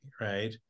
right